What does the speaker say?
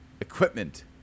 equipment